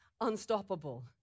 unstoppable